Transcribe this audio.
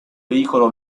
veicolo